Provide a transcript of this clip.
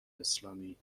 اسلامی